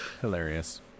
Hilarious